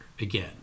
again